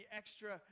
extra